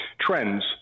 trends